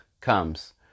comes